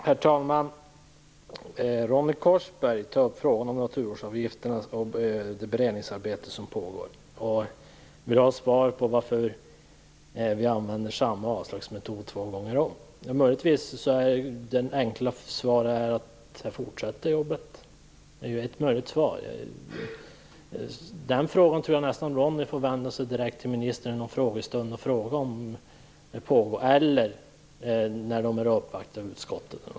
Herr talman! Ronny Korsberg tar upp frågan om naturvårdsavgifterna och det beredningsarbete som pågår. Han vill ha svar på frågan om varför vi använder samma avslagsmotivering två gånger om. Möjligen är det enkla svaret att arbetet fortsätter. Det är ett möjligt svar. Jag tror nästan att Ronny Korsberg får vända sig direkt till ministern med den frågan vid någon frågestund eller när man uppvaktar utskottet.